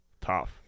Tough